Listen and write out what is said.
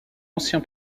ancien